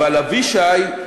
אבל אבישי,